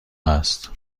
است